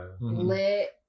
lit